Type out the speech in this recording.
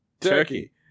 Turkey